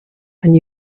and